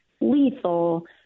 lethal